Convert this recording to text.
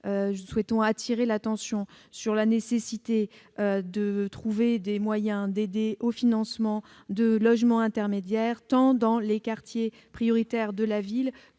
souhaitons attirer l'attention sur la nécessité de trouver des moyens d'aider le financement de logements intermédiaires, tant dans les quartiers prioritaires de la